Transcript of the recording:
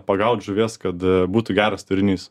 pagaut žuvies kad būtų geras turinys